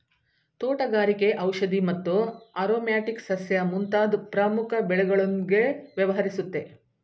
ತೋಟಗಾರಿಕೆ ಔಷಧಿ ಮತ್ತು ಆರೊಮ್ಯಾಟಿಕ್ ಸಸ್ಯ ಮುಂತಾದ್ ಪ್ರಮುಖ ಬೆಳೆಗಳೊಂದ್ಗೆ ವ್ಯವಹರಿಸುತ್ತೆ